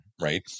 right